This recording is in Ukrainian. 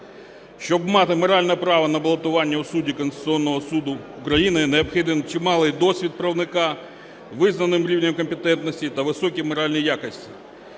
щоб мати моральне право на балотування у судді Конституційного Суду України, необхідний чималий досвід правника з визнаним рівнем компетентності та високі моральні якості.